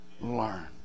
Learn